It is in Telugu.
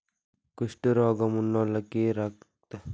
కుష్టు రోగం ఉన్నోల్లకి, రకతం తక్కువగా ఉన్నోల్లకి దానిమ్మ రసం చానా మంచిది